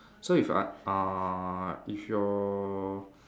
so if uh uh if your